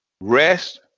Rest